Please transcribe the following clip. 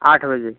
आठ बजे